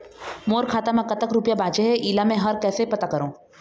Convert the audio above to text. मोर खाता म कतक रुपया बांचे हे, इला मैं हर कैसे पता करों?